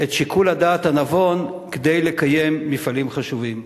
את שיקול הדעת הנבון כדי לקיים מפעלים חשובים.